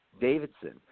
Davidson